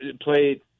played –